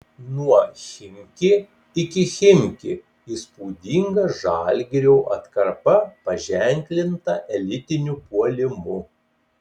nuo chimki iki chimki įspūdinga žalgirio atkarpa paženklinta elitiniu puolimu